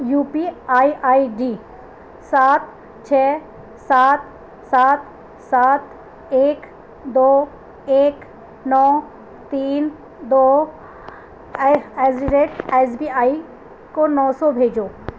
you P I I D سات چھ سات سات سات ایک دو ایک نو تین دو as the rate S B I کو نو سو بھیجو